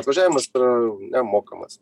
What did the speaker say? atvažiavimas yra nemokamas